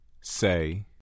Say